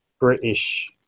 British